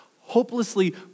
hopelessly